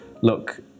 look